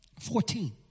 Fourteen